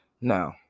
Now